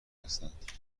هستند